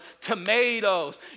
Tomatoes